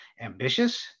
ambitious